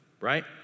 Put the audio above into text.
Right